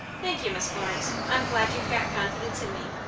thank you, miss florence. i'm glad you've got confidence in me.